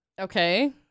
okay